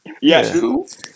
Yes